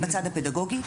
בצד הפדגוגי,